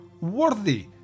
worthy